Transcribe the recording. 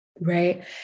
Right